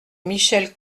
michel